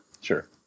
Sure